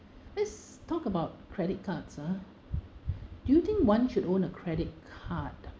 let's talk about credit cards ah do you think one should own a credit card